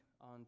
on